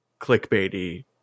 Clickbaity